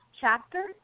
chapter